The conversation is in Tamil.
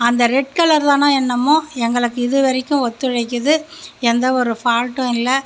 அந்த ரெட் கலரு தானா என்னமோ எங்களுக்கு இது வரைக்கும் ஒத்துழைக்குது எந்த ஒரு ஃபால்ட்டும் இல்லை